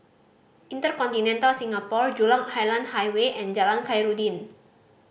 InterContinental Singapore Jurong Island Highway and Jalan Khairuddin